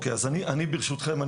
(הצגת מצגת) ברשותכם,